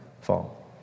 Fall